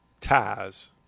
ties